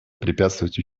препятствовать